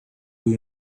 you